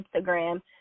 Instagram